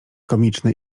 komiczne